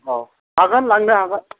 हागोन लांनो हागोन